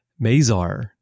Mazar